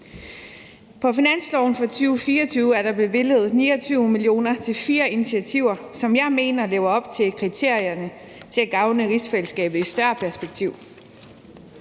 På finansloven for 2024 er der bevilget 29 mio. kr. til fire initiativer, som jeg mener lever op til kriterierne om at gavne rigsfællesskabet i et større perspektiv.